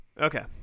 Okay